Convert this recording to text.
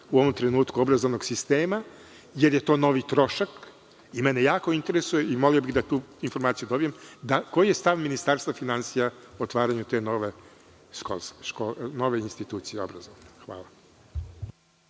u ovom trenutku obrazovnog sistema, jer je to novi trošak. Jako me interesuje i molio bih da tu informaciju dobijem, koji je stav Ministarstva finansija po otvaranju te nove obrazovne